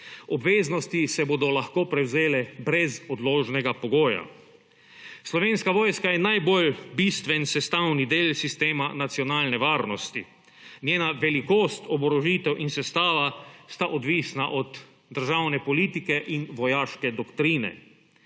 Obveznosti se bodo lahko prevzele brez odložnega pogoja. Slovenska vojska je najbolj bistven sestavni del sistema nacionalne varnosti. Njena velikost, oborožitev in sestava sta odvisna od državne politike in vojaške doktrine.